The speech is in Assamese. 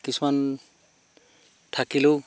কিছুমান থাকিলেও